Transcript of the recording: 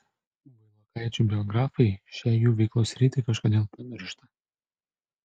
vailokaičių biografai šią jų veiklos sritį kažkodėl pamiršta